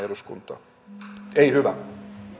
eduskuntaan ei hyvä